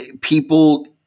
people